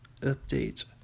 update